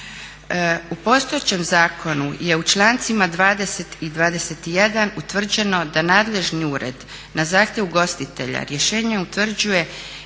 U postojećem zakonu je u člancima 20. i 21. utvrđeno da nadležni ured na zahtjev ugostitelja rješenjem utvrđuje